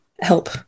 help